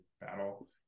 battle